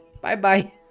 Bye-bye